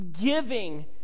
giving